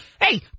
hey